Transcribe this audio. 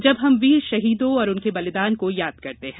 जब हम वीर शहीदों और उनके बलिदान को याद करते हैं